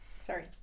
Sorry